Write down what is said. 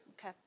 Okay